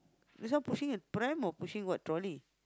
this one pushing a pram or pushing what trolley